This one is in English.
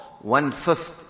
one-fifth